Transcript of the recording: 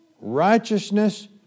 righteousness